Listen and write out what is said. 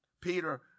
Peter